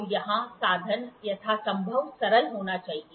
तो यहाँ साधन यथासंभव सरल होना चाहिए